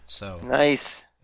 Nice